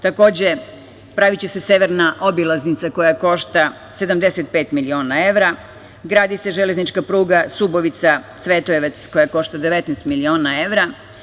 Takođe, praviće se severna obilaznica koja košta 75 miliona evra, gradi se železnička pruga Subotica – Cvetojevac koja košta 19 miliona evra.